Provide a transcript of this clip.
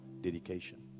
Dedication